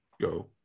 go